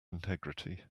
integrity